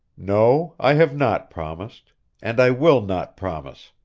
no, i have not promised and i will not promise,